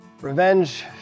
Revenge